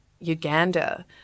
Uganda